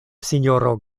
sinjoro